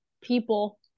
people